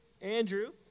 Andrew